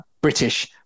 British